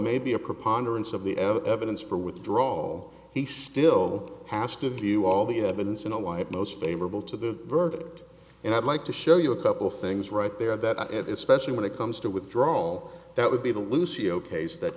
may be a preponderance of the evidence for withdraw he still has to view all the evidence in a white most favorable to the verdict and i'd like to show you a couple things right there that is specially when it comes to withdraw that would be the lucio case that